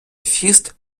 фіст